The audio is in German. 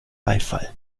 beifall